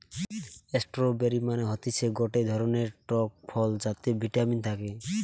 strawberry মানে হতিছে গটে ধরণের টক ফল যাতে ভিটামিন থাকে